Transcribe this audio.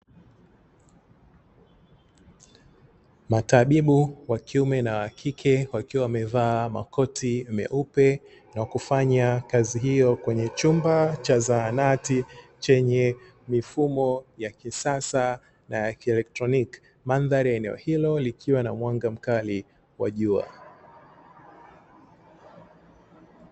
Matabibu wa kiume na wa wakike wakiwa wamevaa makoti meupe na kufanya kazi hiyo kwenye chumba cha zahanati; chenye mifumo ya kisasa na ya kielektroniki, mandhari ya eneo hilo likiwa na mwanga mkali wa jua.